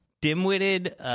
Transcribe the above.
dim-witted